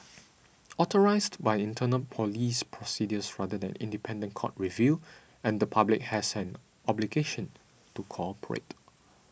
authorised by internal police procedures rather than independent court review and the public has an obligation to cooperate